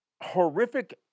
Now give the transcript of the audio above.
horrific